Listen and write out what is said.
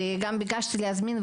וגם ביקשתי להזמין,